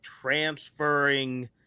transferring